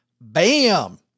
bam